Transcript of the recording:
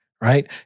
right